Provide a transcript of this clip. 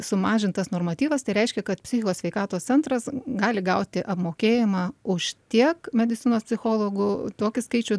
sumažintas normatyvas tai reiškia kad psichikos sveikatos centras gali gauti apmokėjimą už tiek medicinos psichologų tokį skaičių